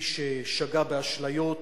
מי ששגה באשליות